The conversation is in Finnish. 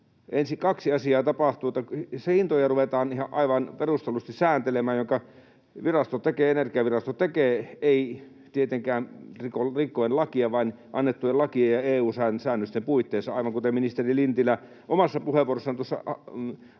kaksi asiaa: Hintoja ruvetaan aivan perustellusti sääntelemään, minkä Energiavirasto tekee — ei tietenkään rikkoen lakia, vaan annettujen lakien ja EU-säännösten puitteissa, aivan kuten ministeri Lintilä omassa puheenvuorossaan, tuossa lain